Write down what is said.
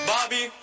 Bobby